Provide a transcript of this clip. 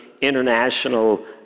international